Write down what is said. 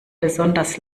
besonders